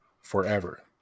forever